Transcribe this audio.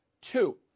Two